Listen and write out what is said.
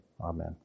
Amen